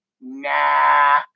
nah